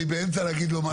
אני באמצע להגיד לו משהו.